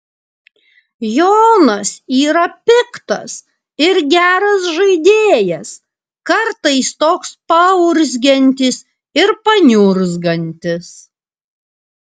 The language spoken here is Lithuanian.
jonas yra piktas ir geras žaidėjas kartais toks paurzgiantis ir paniurzgantis